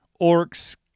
orcs